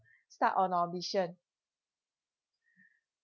start on our mission